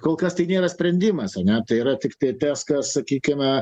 kol kas tai nėra sprendimas ane tai yra tiktai tas kas sakykime